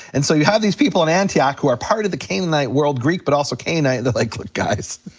and so you have these people in antioch who are part of the canaanite world, greek but also canaanite, they're like look, guys,